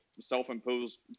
self-imposed